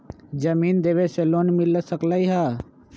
जमीन देवे से लोन मिल सकलइ ह?